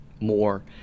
more